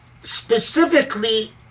specifically